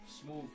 smooth